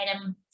item